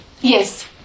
Yes